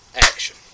action